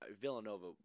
Villanova